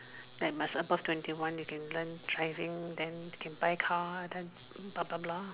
that must be above twenty one you can learn driving then can buy car then bla bla bla